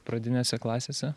pradinėse klasėse